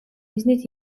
მიზნით